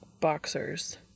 boxers